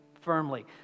firmly